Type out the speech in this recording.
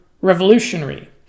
revolutionary